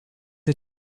are